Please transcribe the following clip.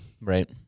Right